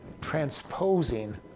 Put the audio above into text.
transposing